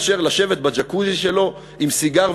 התשע"ג 2013,